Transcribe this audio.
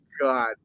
god